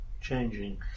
changing